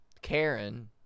Karen